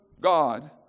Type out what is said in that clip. God